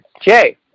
Jay